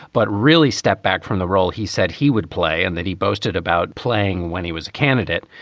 but really stepped back from the role he said he would play and that he boasted about playing when he was a candidate.